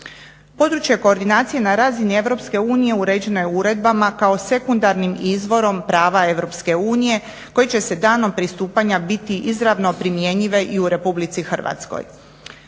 Područje koordinacije na razini EU uređeno je uredbama kao sekundarnim izvorom prava EU koji će se danom pristupanja biti izravno primjenjive i u Republici Hrvatskoj.